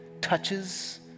touches